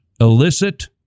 illicit